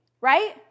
right